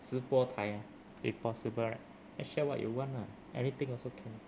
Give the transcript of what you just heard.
直播台 ah if possible right just share what you want lah anything also can